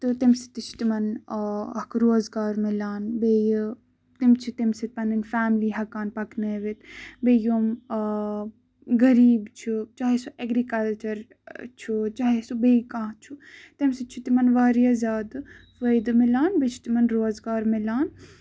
تہٕ تَمہِ سۭتۍ تہِ چھُ تِمن اکھ روزگار مِلان بیٚیہِ یِم چھِ تَمہِ سۭتۍ پَنٕنۍ فیملی ہٮ۪کان پَکنٲوِتھ بیٚیہِ یِم آ گرِ چھُ چاہے سُہ اٮ۪گرِکَلچر چھُ چاہے سُہ بیٚیہِ کانہہ چھُ تَمہِ سۭتۍ چھُ تِمن واریاہ زیادٕ فٲیدٕ مِلان بیٚیہِ چھُ تِمن روزگار مِلان